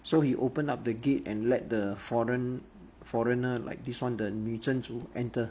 so he opened up the gate and let the foreign foreigner like this one the 女真族 enter